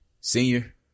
Senior